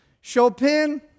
Chopin